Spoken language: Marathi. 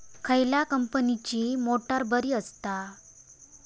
खयल्या कंपनीची मोटार बरी असता?